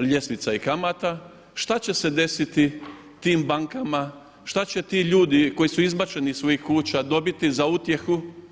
ljestvica i kamata što će se desiti tim bankama, što će ti ljudi koji su izbačeni iz svojih kuća dobiti za utjehu?